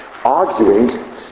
arguing